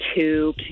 two